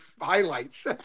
highlights